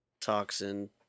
toxin